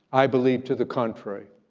i believe to the contrary,